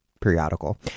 periodical